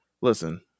listen